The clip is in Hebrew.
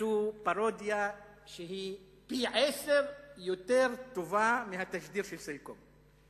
עשו פרודיה שהיא פי-עשרה יותר טובה מהתשדיר של "סלקום".